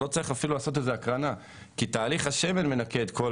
לא צריך אפילו לעשות הקרנה כי תהליך השמן מנקה את כל